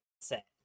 set